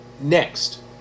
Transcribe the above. next